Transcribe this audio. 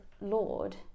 Lord